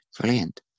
brilliant